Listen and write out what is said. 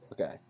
Okay